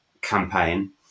campaign